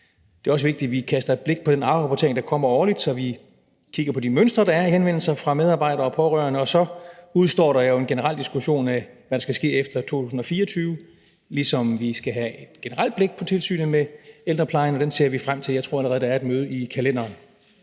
Det er også vigtigt, at vi kaster et blik på den afrapportering, der kommer årligt, så vi kigger på de mønstre, der er i henvendelser fra medarbejdere og pårørende. Og så udestår der jo en generel diskussion af, hvad der skal ske efter 2024, ligesom vi skal have et generelt blik på tilsynet med ældreplejen, og det ser vi frem til – jeg tror allerede, at der er et møde i kalenderen.